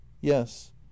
Yes